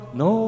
no